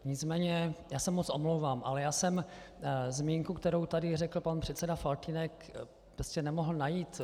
Nicméně já se moc omlouvám, ale já jsem zmínku, kterou tu řekl pan předseda Faltýnek, prostě nemohl najít.